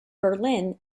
berlin